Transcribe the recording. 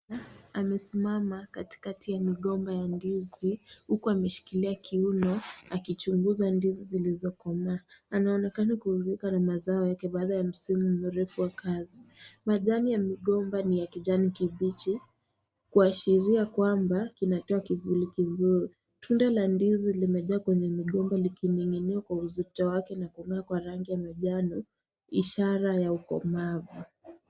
Amesimama katikati ya migomba ya ndizi huku ameshikilia kiuno akichunguza ndizi zilizokomaa , anaonekana kuridhika na mazao yake baada ya msimu mrefu wa kazi . Majani ya migomba ni ya kijani kibichi kuashiria kwamba kinatoa kivuli kizuri ,tunda la ndizi limejaa kwenye migomba likining'inia kwa uzito wake na kung'aa kwa rangi ya manjano ishara ya ukomavu.